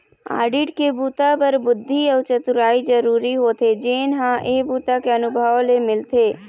audit के बूता बर बुद्धि अउ चतुरई जरूरी होथे जेन ह ए बूता के अनुभव ले मिलथे